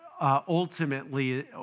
ultimately